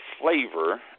flavor